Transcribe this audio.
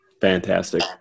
fantastic